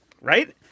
right